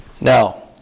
Now